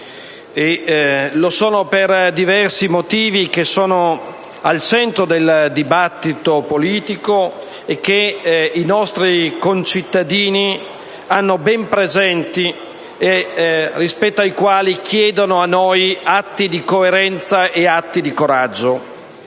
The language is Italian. lo sono per diversi motivi al centro del dibattito politico e che i nostri concittadini hanno ben presenti, rispetto ai quali chiedono a noi atti di coerenza e di coraggio.